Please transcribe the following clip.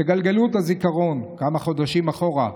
תגלגלו בזיכרון כמה חודשים אחורה,